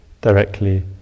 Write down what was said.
directly